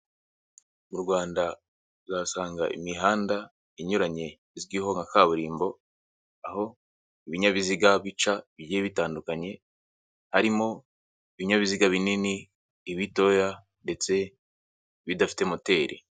Mu Rwanda uzasanga imihanda inyuranye izwiho nka kaburimbo, aho ibinyabiziga bica bigiye bitandukanye, harimo ibinyabiziga binini, ibitoya, ndetse bidafite moteri.